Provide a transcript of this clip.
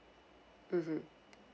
mmhmm